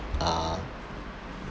uh